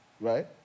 Right